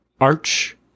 Arch